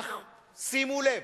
אך שימו לב,